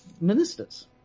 ministers